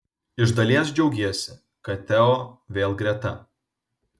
iš dalies džiaugiesi kad teo vėl greta